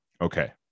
Okay